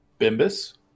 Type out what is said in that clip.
Bimbus